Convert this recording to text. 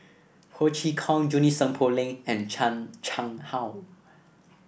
Ho Chee Kong Junie Sng Poh Leng and Chan Chang How